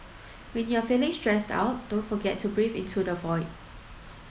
when you are feeling stressed out don't forget to breathe into the void